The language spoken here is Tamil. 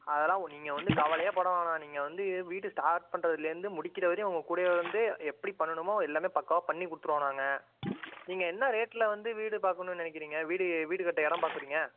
அதெல்லாம் நீங்கள் வந்து கவலை பட வேணாம் நீங்கள் வந்து வீடு ஸ்டார்ட் பண்ணுறதுலேருந்து முடிக்கிற வரையும் உங்கள் கூடவே வந்து எப்படி பண்ணணுமோ எல்லாம் பக்கவாக பண்ணி கொடுத்துடுவோம் நாங்கள் நீங்கள் என்ன ரேட்டில் வந்து வீடு பாக்கணும்னு நினைக்கிறீங்க வீடு வீடு கட்ட எடம் பார்க்குறீங்க